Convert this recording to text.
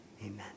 Amen